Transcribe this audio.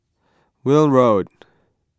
Welm Road